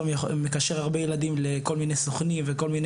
שלומי מקשר הרבה ילדים לכל מיני סוכנים וכל מיני